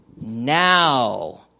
Now